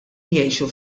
jgħixu